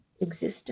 existence